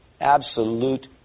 Absolute